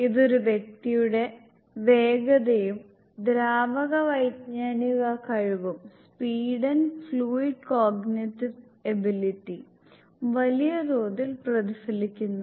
ഇത് ഒരു വ്യക്തിയുടെ വേഗതയും ദ്രാവക വൈജ്ഞാനിക കഴിവും വലിയ തോതിൽ പ്രതിഫലിപ്പിക്കുന്നു